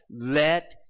let